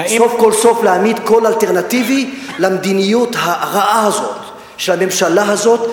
סוף כל סוף להעמיד קול אלטרנטיבי למדיניות הרעה הזאת של הממשלה הזאת,